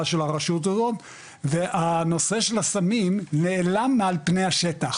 של הרשות הזאת והנושא של הסמים נעלם מעל פני השטח,